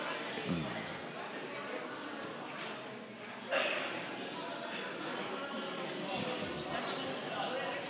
ההסתייגות (33) של קבוצת סיעת מרצ,